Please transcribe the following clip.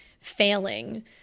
failing